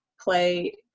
play